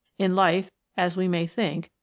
in life, as we may think,